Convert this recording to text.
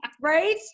right